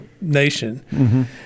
nation